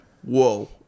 Whoa